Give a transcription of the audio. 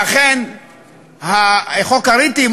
שאכן חוק הריטים,